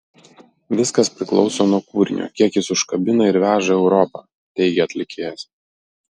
viskas priklauso nuo kūrinio kiek jis užkabina ir veža europa teigė atlikėjas